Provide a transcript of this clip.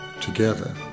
Together